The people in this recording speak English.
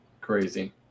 Crazy